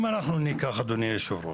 אם אנחנו ניקח, אדוני היושב ראש,